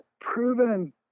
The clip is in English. proven